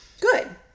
Good